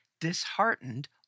disheartened